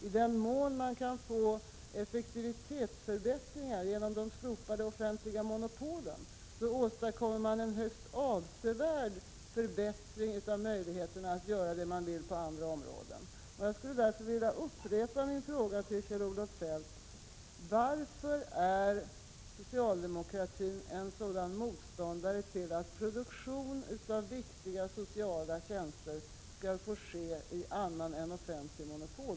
I den mån man kan få effektivitetsförbättringar genom slopande av offentliga monopol åstadkommer man en högst avsevärd förbättring av möjligheterna att göra det som man vill göra på andra områden. Jag vill därför upprepa min fråga till Kjell-Olof Feldt: Varför är socialdemokraterna sådana motståndare till att produktion av viktiga sociala tjänster skall få ske i annan form än i offentlig monopolform?